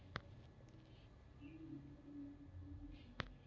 ಸಾವಯವ ಗೊಬ್ಬರ ಛಲೋ ಏನ್ ಕೆಮಿಕಲ್ ಗೊಬ್ಬರ ಛಲೋ?